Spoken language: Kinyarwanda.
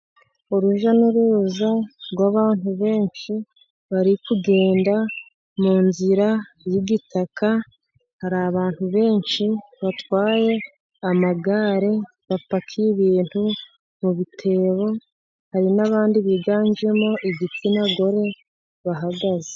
Urujya n'uruza rw'abantutu benshi, bari kugenda mu nzira y'igitaka, hari abantu benshi batwaye amagare, bapakiye ibintu mu bitebo hari n'abandi biganjemo igitsina gore bahagaze.